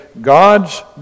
God's